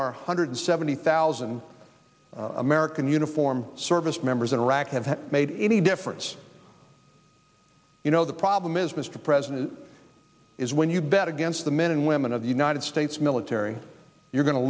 our hundred seventy thousand american uniform service members in iraq have made any difference you know the problem is mr president is when you bet against the men and women of the united states military you're going to